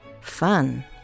Fun